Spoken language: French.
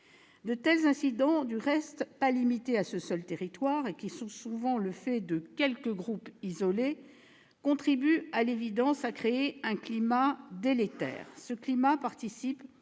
De tels incidents, d'ailleurs non limités à ce seul territoire et qui sont souvent le fait de quelques groupes isolés, contribuent à l'évidence à créer un climat délétère. Ce climat participe,